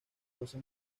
doce